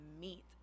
meet